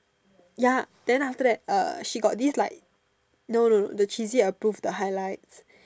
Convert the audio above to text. ya then after that uh he got this like no no the cheesy approve the highlights